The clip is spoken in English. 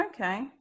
Okay